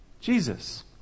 Jesus